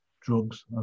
Drugs